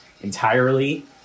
entirely